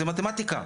זה מתמטיקה,